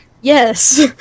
Yes